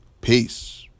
Peace